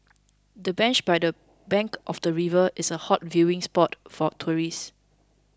the bench by the bank of the river is a hot viewing spot for tourists